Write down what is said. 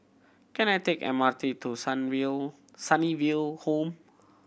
can I take M R T to Sunnyville Home